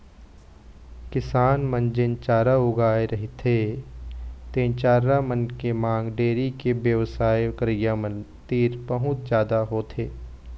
किसान मन जेन चारा उगाए रहिथे तेन चारा मन के मांग डेयरी के बेवसाय करइया मन तीर बहुत जादा होथे